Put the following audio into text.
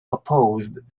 opposed